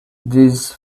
these